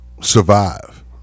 Survive